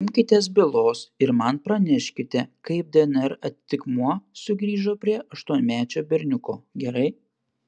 imkitės bylos ir man praneškite kaip dnr atitikmuo sugrįžo prie aštuonmečio berniuko gerai